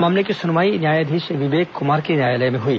मामले की सुनवाई न्यायाधीश विवेक कमार के न्यायालय में हई